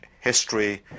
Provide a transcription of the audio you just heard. history